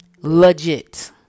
Legit